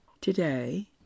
Today